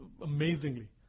amazingly